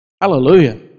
Hallelujah